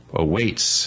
awaits